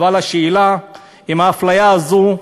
אבל השאלה עם האפליה הזו,